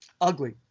ugly